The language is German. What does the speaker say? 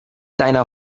deiner